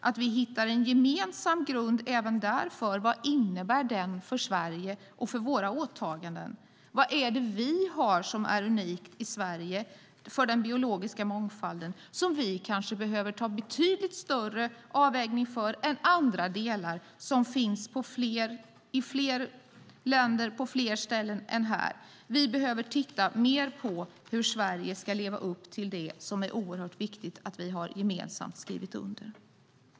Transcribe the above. Vi ska hitta en gemensam grund även där för vad den innebär för Sverige och för våra åtaganden. Vad är det vi har som är unikt i Sverige för den biologiska mångfalden där vi kanske behöver göra betydligt större avvägningar än när det gäller andra delar som finns i fler länder, på fler ställen än här? Vi behöver titta mer på hur Sverige ska leva upp till det som det är oerhört viktigt att vi gemensamt har skrivit under.